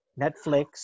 Netflix